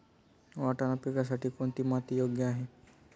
वाटाणा पिकासाठी कोणती माती योग्य आहे?